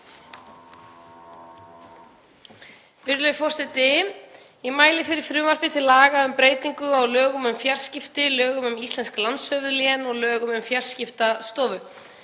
Virðulegi forseti. Ég mæli fyrir frumvarpi til laga um breytingu á lögum um fjarskipti, lögum um íslensk landshöfuðlén og lögum um Fjarskiptastofu.